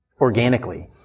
organically